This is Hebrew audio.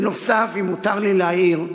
בנוסף, אם מותר לי להעיר,